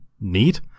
neat